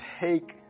take